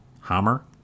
Hammer